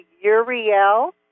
Uriel